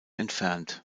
entfernt